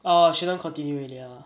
orh shouldn't continue already lah